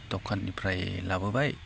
दखाननिफ्राय लाबोबाय